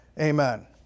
Amen